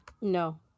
No